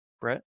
Brett